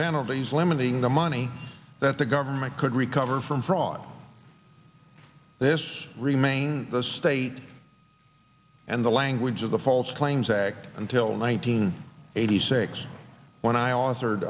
penalties limiting the money that the government could recover from fraud this remain the state and the language of the false claims act until nineteen eighty six when i